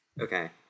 Okay